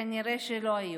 כנראה שלא היום.